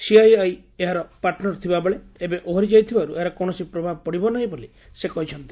CII ଏହାର ପାର୍ଚନର ଥିବା ବେଳେ ଏବେ ଓହରି ଯାଇଥିବାରୁ ଏହାର କୌଶସି ପ୍ରଭାବ ପଡିବ ନାହିଁ ବୋଲି ସେ କହିଛନ୍ତି